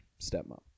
stepmom